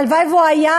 הלוואי שהוא היה